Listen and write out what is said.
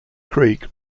creek